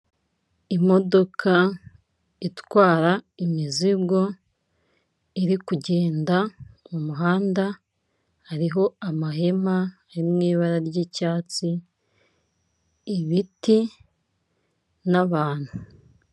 Imodoka itwara imizigo iri kugenda mu muhanda, hariho amahema ari mu ibara ry'icyatsi, ibiti n'abantu.